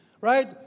right